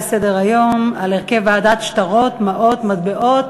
בנושא: הרכב ועדת שטרות, מעות, מטבעות